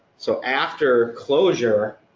so after closure,